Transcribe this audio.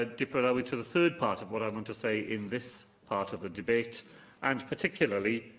ah dirprwy lywydd, to the third part of what i'm going to say in this part of the debate and, particularly,